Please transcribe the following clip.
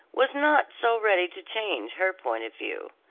was not so ready to change her point of view.